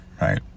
right